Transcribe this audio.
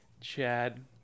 Chad